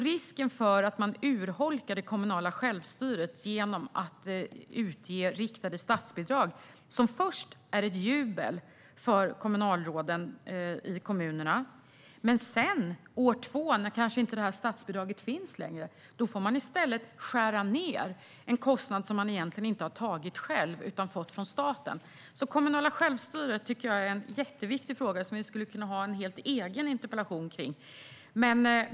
Risken är att man urholkar det kommunala självstyret genom riktade statsbidrag. Till en början skapar de jubel bland kommunalråden, men år två, när dessa statsbidrag kanske inte längre finns, får man i stället skära ned på en kostnad som man egentligen inte har tagit själv utan fått från staten. Jag tycker att det kommunala självstyret är en jätteviktig fråga som vi skulle kunna ha en helt egen interpellation om.